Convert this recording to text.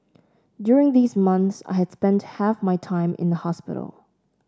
during these months I had spent half my time in a hospital